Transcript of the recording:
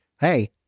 hey